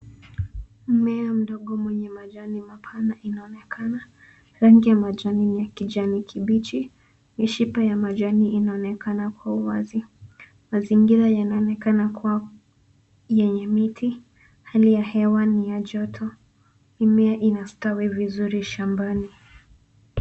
Mmea mdogo mwenye majani mapana inaonekana rangi ya majani ni ya kijani kibichi mishipa ya majani inaonekana kwa uwazi. Mazingira inaonekana kuwa yenye miti hali ya hewa ni ya joto, mimea inastawi vizuri shambani.